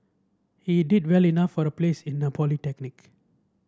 he did well enough for a place in a polytechnic